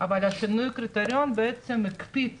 אבל שינוי הקריטריון בעצם הקפיץ